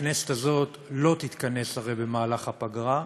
הרי הכנסת הזאת לא תתכנס במהלך הפגרה,